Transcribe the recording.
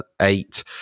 eight